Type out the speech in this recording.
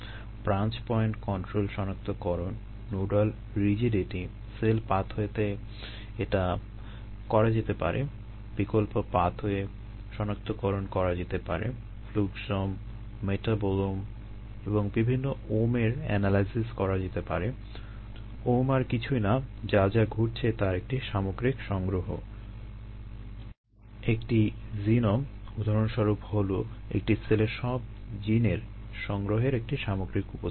branch point control সংগ্রহের সামগ্রিক উপস্থাপনা